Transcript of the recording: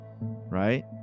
right